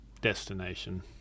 destination